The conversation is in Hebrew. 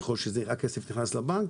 ככל שהכסף נכנס לבנק,